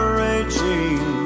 raging